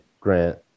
Grant